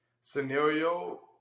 scenario